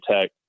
Tech